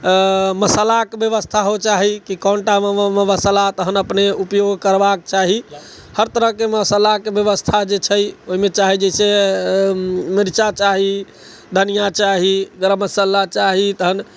मसालाके व्यवस्था होइके चाही कि कोन टामे मसाला तहन अपनेके तहन उपयोग करबाके चाही हर तरहके मसालाके व्यवस्था जे छै ओहिमे चाही जेना मिर्चाइ चाही धनिया चाही गरम मसाला चाही तहन